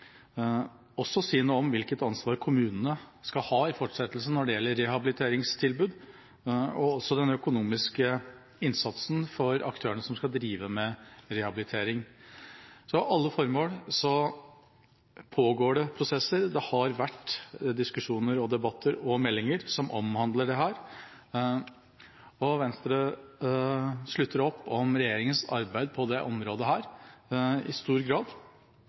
si noe om hvilket ansvar kommunene skal ha i fortsettelsen når det gjelder rehabiliteringstilbud, og om den økonomiske innsatsen når det gjelder aktørene som skal drive med rehabilitering. Rundt alle formål pågår det prosesser – det har vært diskusjoner, debatter og meldinger som omhandler dette. Venstre slutter i stor grad opp om regjeringas arbeid på dette området.